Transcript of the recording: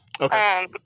Okay